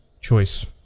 choice